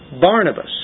Barnabas